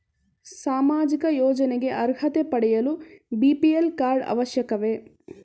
ಸಾಮಾಜಿಕ ಯೋಜನೆಗೆ ಅರ್ಹತೆ ಪಡೆಯಲು ಬಿ.ಪಿ.ಎಲ್ ಕಾರ್ಡ್ ಅವಶ್ಯಕವೇ?